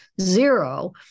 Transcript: zero